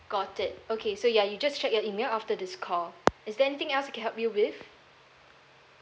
got it okay so ya you just check your email after this call is there anything else I can help you with